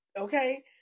Okay